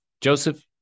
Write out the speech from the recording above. Joseph